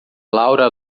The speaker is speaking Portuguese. laura